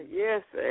yes